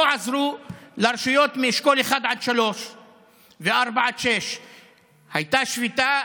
לא עזרו לרשויות מאשכול 1 עד 3 ומ-4 עד 6. הייתה שביתה,